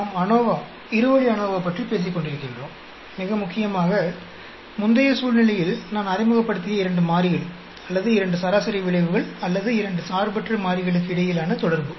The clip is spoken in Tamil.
நாம் அநோவா இரு வழி அநோவா பற்றி பேசிக்கொண்டிருக்கின்றோம் மிக முக்கியமாக முந்தைய சூழ்நிலையில் நான் அறிமுகப்படுத்திய இரண்டு மாறிகள் அல்லது இரண்டு சராசரி விளைவுகள் அல்லது இரண்டு சார்பற்ற மாறிகளுக்கு இடையிலான தொடர்பு